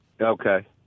Okay